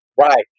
right